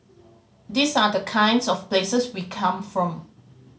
these are the kinds of places we come from